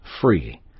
free